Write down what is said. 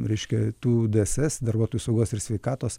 reiškia tų dss darbuotojų saugos ir sveikatos